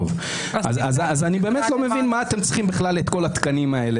אני באמת לא מבין למה אתם צריכים את כל התקנים האלה.